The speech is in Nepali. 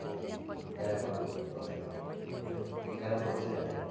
अनि क्यारम बोर्डको गर्दाखेरि क्यारम बोर्ड चाहिँ हामी